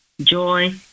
joy